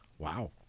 Wow